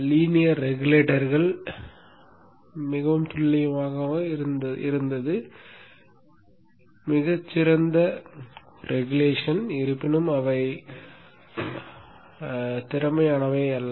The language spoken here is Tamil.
லீனியர் ரெகுலேட்டர்கள் மிகவும் துல்லியமானவை மிகத் துல்லியமானவை மிகச் சிறந்த ஒழுங்குமுறை இருப்பினும் அவை திறமையானவை அல்ல